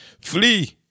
Flee